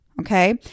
Okay